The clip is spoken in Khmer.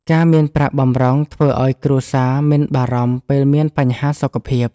ការមានប្រាក់បម្រុងធ្វើឱ្យគ្រួសារមិនបារម្ភពេលមានបញ្ហាសុខភាព។